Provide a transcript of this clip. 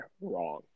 wrong